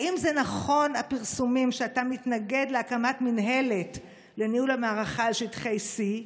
האם נכונים הפרסומים שאתה מתנגד להקמת מינהלת לניהול המערכה על שטחי C?